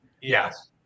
Yes